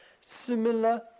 similar